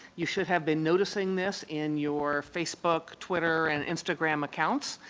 you should have been noticing this in your facebook, twitter and instagram accounts.